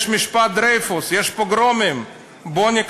יש משפט דרייפוס,